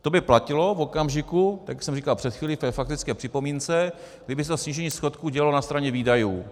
To by platilo v okamžiku, jak jsem říkal před chvíli ve faktické připomínce, kdyby se snížení schodků dělalo na straně výdajů.